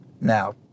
Now